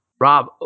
Rob